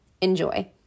Enjoy